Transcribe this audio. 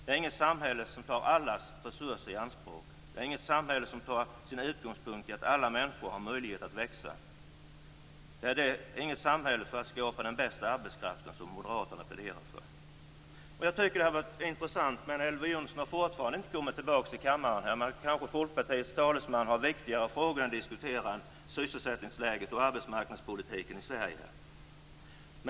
Det är inget samhälle som tar allas resurser i anspråk. Det är inget samhälle som tar sin utgångspunkt i att alla människor har möjlighet att växa. Det är inget samhälle där man kan skapa den bästa arbetskraften, som Moderaterna pläderar för. Elver Jonsson har fortfarande inte kommit tillbaka till kammaren. Folkpartiets talesman kanske har viktigare frågor att diskutera än sysselsättningsläget och arbetsmarknadspolitiken i Sverige.